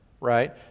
right